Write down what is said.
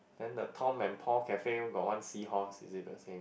then the Tom and Paul cafe got one seahorse is it the same